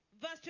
Verse